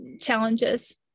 challenges